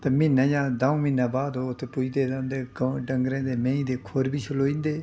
ते म्हीनै जां द'ऊं म्हीनें बाद ओह् उत्त पुजदे ते उं'दे ग डंग्गरें दे मैंही दे खुर बी छलोई जंदे हे